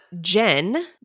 Jen